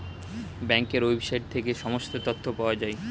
ব্যাঙ্কের ওয়েবসাইট থেকে সমস্ত তথ্য পাওয়া যায়